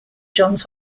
johns